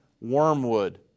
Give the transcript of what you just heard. Wormwood